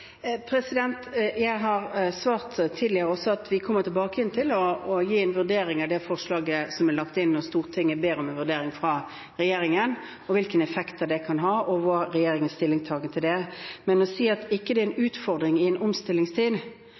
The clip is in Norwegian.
Jeg har også tidligere svart at vi kommer tilbake til og vil gi en vurdering av det forslaget som er lagt inn, når Stortinget ber om en vurdering fra regjeringen om hvilke effekter det kan ha, og hva som er regjeringens stillingtagen til det. Men å si at det ikke er en utfordring i en omstillingstid